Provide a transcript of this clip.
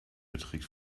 beträgt